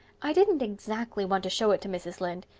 i didn't exactly want to show it to mrs. lynde.